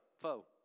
foe